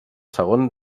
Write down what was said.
segon